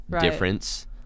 difference